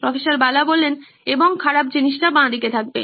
প্রফ্ বালা এবং খারাপ জিনিসটা বাঁ দিকে থাকবে